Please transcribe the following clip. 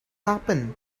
happen